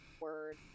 word